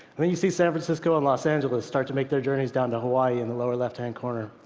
i mean you see san francisco and los angeles start to make their journeys down to hawaii in the lower left-hand corner.